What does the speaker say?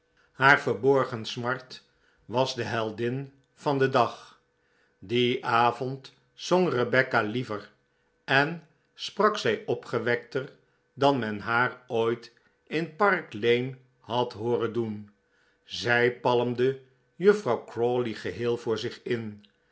haar verborgen smart was de heldin van den dag dien avond zong rebecca liever en sprak zij opgewekter dan men haar ooit in park lane had hoorea doen zij palmde juffrouw crawley geheel voor zich in